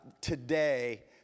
Today